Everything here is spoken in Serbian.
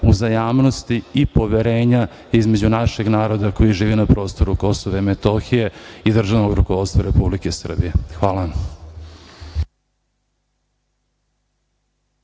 uzajamnosti i poverenja između našeg naroda koji živi na prostoru Kosova i Metohije i državnog rukovodstva Republike Srbije. Hvala.